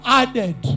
added